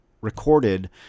recorded